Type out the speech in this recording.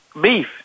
beef